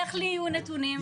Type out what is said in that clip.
איך לי יהיו נתונים?